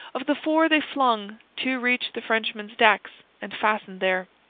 of the four they flung, two reached the frenchman's decks, and fastened there.